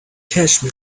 cache